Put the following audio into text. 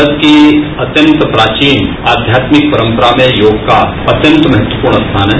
भारत की अत्यंत प्राचीन आध्यात्मिक परम्परा में योग का अत्यंत महत्वपूर्ण स्थान है